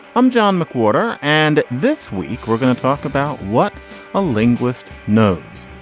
i'm john mcwhorter and this week we're going to talk about what a linguist knows.